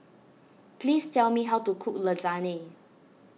please tell me how to cook Lasagne